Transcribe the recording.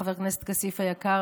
חבר הכנסת כסיף היקר,